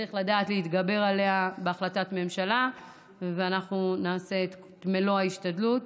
שצריך לדעת להתגבר עליה בהחלטת ממשלה ואנחנו נעשה את מלוא ההשתדלות.